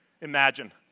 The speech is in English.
imagine